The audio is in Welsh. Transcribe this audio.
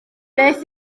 beth